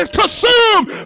consumed